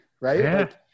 right